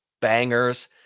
bangers